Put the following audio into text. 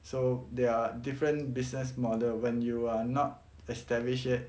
so there are different business model when you are not established yet